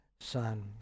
Son